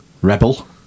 rebel